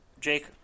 Jake